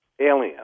alien